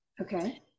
Okay